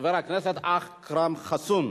חבר הכנסת אכרם חסון.